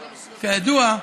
כידוע,